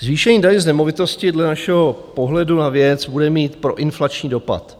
Zvýšení daně z nemovitosti dle našeho pohledu na věc bude mít proinflační dopad.